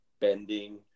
bending